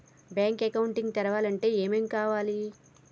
Bank account తెరవాలంటే ఏమేం కావాలి?